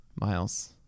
miles